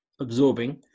absorbing